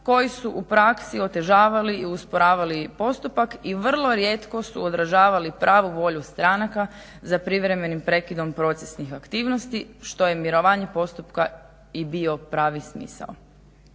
koji su u praksi otežavali i usporavali postupak i vrlo rijetko su odražavali pravu volju stranka za privremenim prekidom procesnih aktivnosti što je mirovanje postupka i bio pravi smisao.